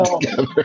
together